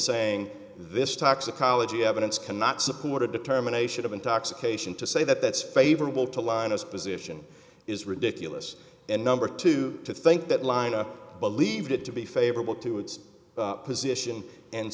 saying this toxicology evidence cannot support a determination of intoxication to say that that's favorable to linus position is ridiculous and number two to think that lined up believed it to be favorable to its position and